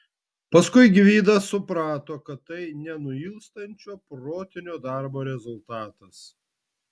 paskui gvidas suprato kad tai nenuilstančio protinio darbo rezultatas